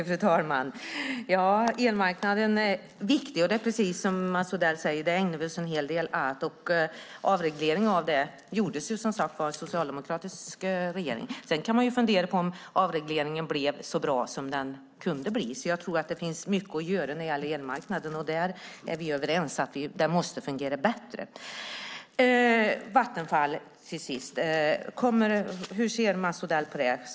Fru talman! Elmarknaden är viktig. Precis som Mats Odell säger ägnar vi oss en hel del åt den. Avregleringen av den gjordes som sagt var av en socialdemokratisk regering. Sedan kan man fundera på om avregleringen blev så bra som den kunde bli. Jag tror att det finns mycket att göra när det gäller elmarknaden. Vi är överens om att den måste fungera bättre. Till sist: Hur ser Mats Odell på Vattenfall?